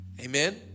Amen